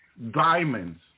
Diamonds